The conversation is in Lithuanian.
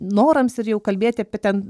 norams ir jau kalbėti apie ten